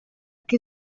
que